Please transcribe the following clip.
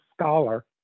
scholar